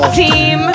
team